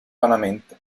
vanamente